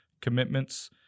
Commitments